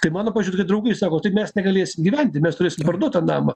tai mano pavyzdžiui tokie draugai sako tai mes negalėsim gyventi mes turėsim parduot tą namą